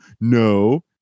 no